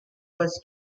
was